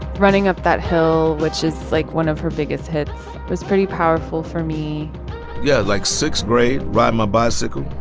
running up that hill, which is like one of her biggest hit was pretty powerful for me yeah. like sixth grade ride my bicycle,